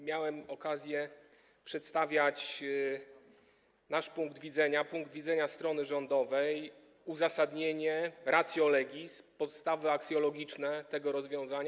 Miałem wtedy okazję przedstawiać nasz punkt widzenia, punkt widzenia strony rządowej, uzasadnienie, ratio legis, podstawy aksjologiczne tego rozwiązania.